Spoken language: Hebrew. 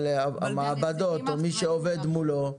אבל המעבדות או מי שעובד מולו.